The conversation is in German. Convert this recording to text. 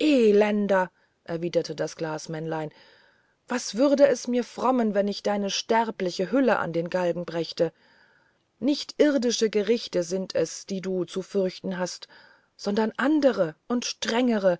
elender erwiderte das glasmännlein was würde es mir frommen wenn ich deine sterbliche hülle an den galgen brächte nicht irdische gerichte sind es die du zu fürchten hast sondern andere und strengere